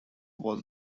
was